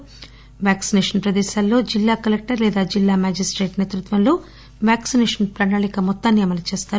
ఈ వ్యాక్సినేషన్ ప్రదేశాల్లో జిల్లా కలెక్టర్ లేదా జిల్లా మెజిస్టేట్ నేతృత్వంలో ఈ వ్యాక్సినేషన్ ప్రణాళిక మొత్తం అమలు చేస్తారు